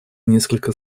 несколько